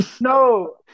No